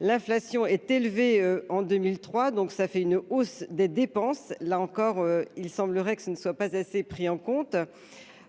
l'inflation est élevé en 2003, donc ça fait une hausse des dépenses, là encore, il semblerait que ce ne soit pas assez pris en compte,